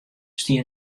stie